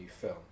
film